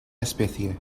especie